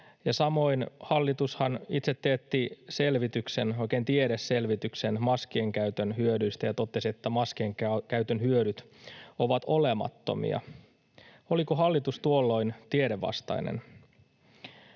Samoin hallitushan itse teetti selvityksen, oikein tiedeselvityksen, maskien käytön hyödyistä ja totesi, että maskien käytön hyödyt ovat olemattomat. Oliko hallitus tuolloin tiedevastainen?